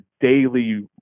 daily